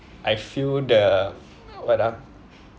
I feel the what ah